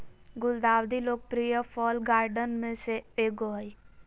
गुलदाउदी लोकप्रिय fall garden फूल में से एगो हइ